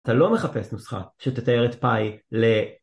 אתה לא מחפש נוסחה שתתאר את פאי ל...